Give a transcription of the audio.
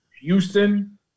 Houston